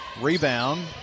Rebound